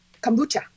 Kombucha